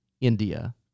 India